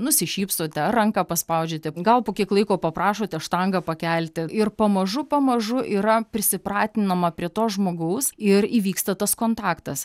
nusišypsote ar ranką paspaudžiate gal po kiek laiko paprašote štangą pakelti ir pamažu pamažu yra prisipratinama prie to žmogaus ir įvyksta tas kontaktas